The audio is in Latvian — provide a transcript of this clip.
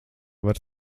var